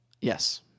yes